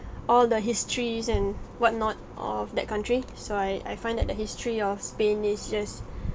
all the histories and what not of that country so I I find that the history of spain is just